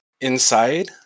inside